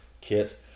Kit